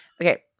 Okay